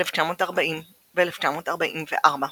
1940 ו-1944.